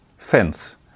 fence